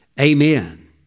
Amen